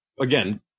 Again